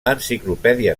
enciclopèdia